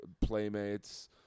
Playmates